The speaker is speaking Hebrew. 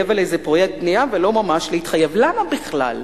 למה בכלל?